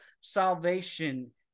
Salvation